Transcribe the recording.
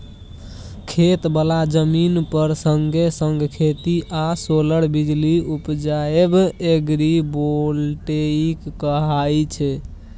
खेत बला जमीन पर संगे संग खेती आ सोलर बिजली उपजाएब एग्रीबोल्टेइक कहाय छै